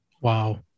Wow